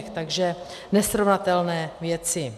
Takže nesrovnatelné věci.